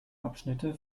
abschnitte